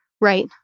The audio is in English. Right